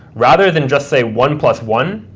rather than just say one plus one,